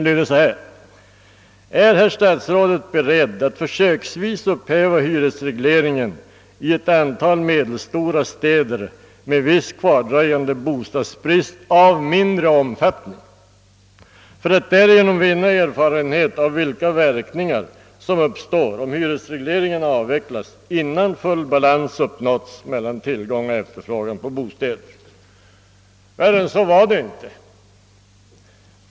Klämmen lyder: »Är herr statsrådet beredd att försöksvis upphäva hyresregleringen i ett antal medelstora städer med viss kvardröjande bostadsbrist, av mindre omfattning, för att därigenom vinna erfarenhet av vilka verkningar som uppstår om hyresregleringen avvecklas innan full balans uppnåtts mellan tillgång och efterfrågan på bostäder?» Värre än så var det inte.